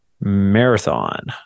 marathon